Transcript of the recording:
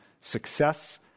success